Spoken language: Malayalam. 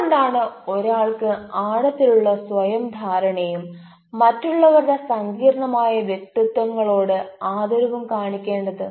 എന്തുകൊണ്ടാണ് ഒരാൾക്ക് ആഴത്തിലുള്ള സ്വയം ധാരണയും മറ്റുള്ളവരുടെ സങ്കീർണ്ണമായ വ്യക്തിത്തങ്ങളോട് ആദരവും കാണിക്കേണ്ടത്